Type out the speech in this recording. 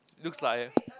looks like eh